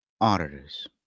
auditors